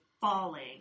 falling